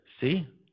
see